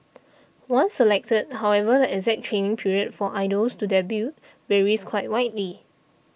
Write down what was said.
once selected however the exact training period for idols to debut varies quite widely